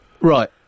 Right